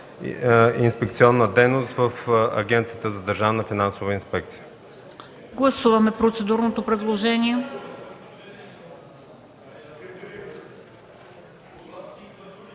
инспекционна дейност” в Агенцията за държавна финансова инспекция.